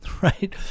right